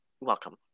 Welcome